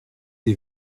des